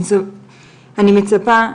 אני מצפה,